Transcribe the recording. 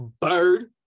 bird